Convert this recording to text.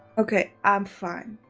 okay, i'm fine,